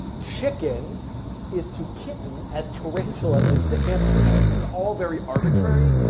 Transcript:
chicken is to kitten as tarantula is to hamster. now this is all very arbitrary,